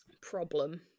problem